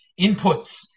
inputs